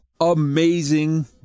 Amazing